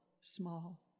small